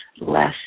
less